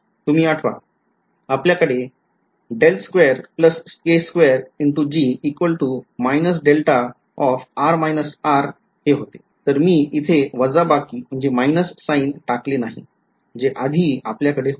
तुम्ही आठवा आपल्याकडे ∇2 k2g −δr − r हे होते तर मी इथे वजाबाकी साइन टाकले नाही जे आधी आपल्याकडे होते